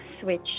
switch